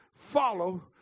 follow